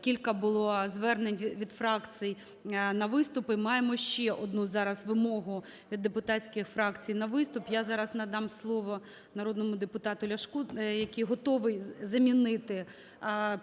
Кілька було звернень від фракцій на виступи. Маємо ще одну зараз вимогу від депутатських фракцій на виступ. Я зараз надам слово народному депутату Ляшку, який готовий замінити